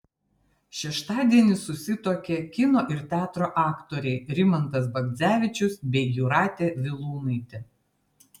šeštadienį susituokė kino ir teatro aktoriai rimantas bagdzevičius bei jūratė vilūnaitė